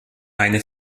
eine